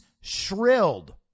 shrilled